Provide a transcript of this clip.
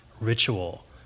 ritual